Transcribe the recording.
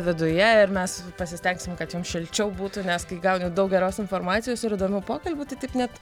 viduje ir mes pasistengsime kad jums šilčiau būtų nes kai gauni daug geros informacijos ir įdomių pokalbių tai taip net